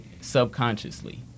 subconsciously